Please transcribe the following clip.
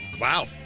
wow